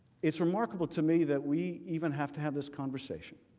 is remarkable to me that we even have to have this conversation.